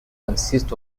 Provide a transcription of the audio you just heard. consist